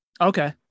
Okay